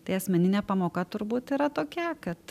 tai asmeninė pamoka turbūt yra tokia kad